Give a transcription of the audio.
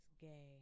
gay